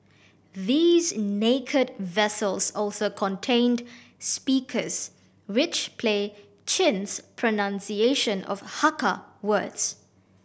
these 'naked' vessels also contained speakers which play Chin's pronunciation of Hakka words